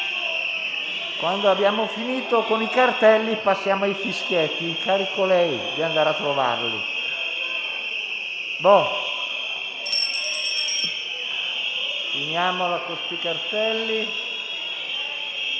Quando abbiamo finito con i cartelli, passiamo ai fischietti. Incarico lei di andare a trovarli. Finiamola con questi cartelli.